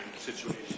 situation